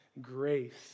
grace